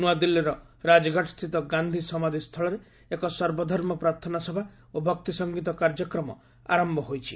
ନୁଆଦିଲ୍ଲୀର ରାଜଘାଟସ୍ଥିତ ଗାନ୍ଧି ସମାଧି ସ୍ଥଳରେ ଏକ ସର୍ବଧର୍ମ ପ୍ରାର୍ଥନା ସଭା ଓ ଭକ୍ତିସଙ୍ଗୀତ କାର୍ଯ୍ୟକ୍ରମ ଆରମ୍ଭ ହୋଇଛି